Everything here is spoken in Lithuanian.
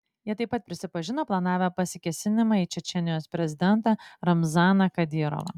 jie taip pat prisipažino planavę pasikėsinimą į čečėnijos prezidentą ramzaną kadyrovą